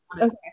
Okay